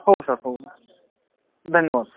हो सर हो धन्यवा सर